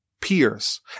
peers